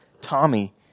Tommy